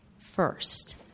first